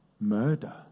murder